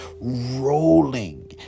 rolling